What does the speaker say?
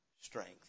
strength